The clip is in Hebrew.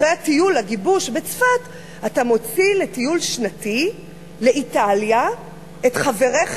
אחרי טיול הגיבוש בצפת אתה מוציא לטיול שנתי לאיטליה את חבריך